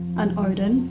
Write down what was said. and odin,